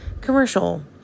commercial